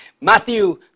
Matthew